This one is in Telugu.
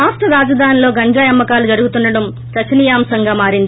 రాష్ట రాజధానిలో గంజాయి అమ్మకాలు జరుగుతుండడం చర్సనీయాంశంగా మారింది